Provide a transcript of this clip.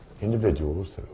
individuals